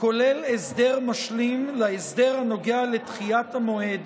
כולל הסדר משלים להסדר הנוגע לדחיית המועד